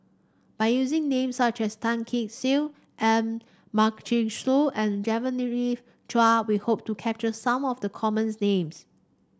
by using name such as Tan Kee Sek M Karthigesu and Genevieve Chua we hope to capture some of the common names